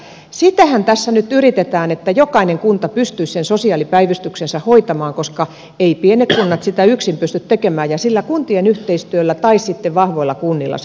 sitähän tässä nyt yritetään että jokainen kunta pystyisi sen sosiaalipäivystyksensä hoitamaan koska eivät pienet kunnat sitä yksin pysty tekemään ja sillä kuntien yhteistyöllä tai sitten vahvoilla kunnilla se hoituu